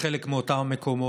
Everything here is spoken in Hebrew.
בחלק מאותם המקומות.